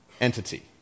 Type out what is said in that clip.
entity